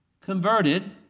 converted